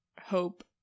Hope